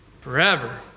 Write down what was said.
Forever